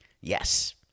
yes